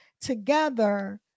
together